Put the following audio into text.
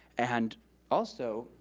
and also,